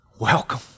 welcome